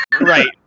Right